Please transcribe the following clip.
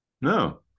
No